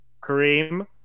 Kareem